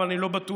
אבל אני לא בטוח,